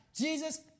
Jesus